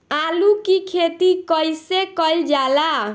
आलू की खेती कइसे कइल जाला?